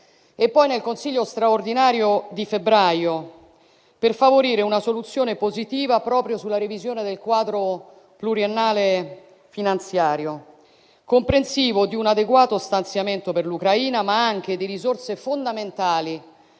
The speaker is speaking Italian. e poi nel Consiglio straordinario di febbraio, per favorire una soluzione positiva proprio sulla revisione del quadro pluriennale finanziario, comprensivo di un adeguato stanziamento per l'Ucraina, ma anche di risorse fondamentali